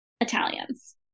Italians